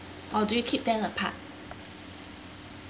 or do you keep them apart